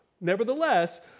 Nevertheless